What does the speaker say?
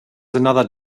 another